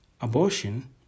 Abortion